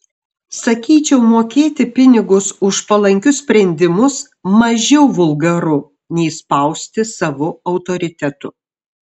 sakyčiau mokėti pinigus už palankius sprendimus mažiau vulgaru nei spausti savu autoritetu